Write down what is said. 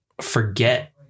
forget